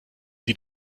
sie